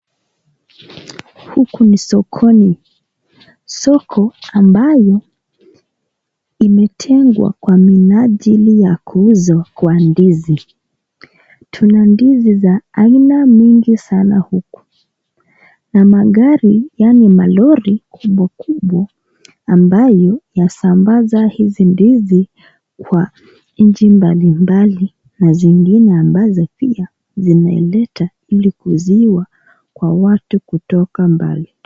Huku ni sokoni. Soko ambayo imetengwa kwa minajili ya kuuzwa kwa ndizi. Tuna ndizi za aina mingi sana huku, na magari yaani malori kubwa kubwa ambayo yasambaza hizi ndizi kwa nchi mbalimbali na zingine ambazo pia zinaleta ili kuuziwa kwa watu kutoka mbali.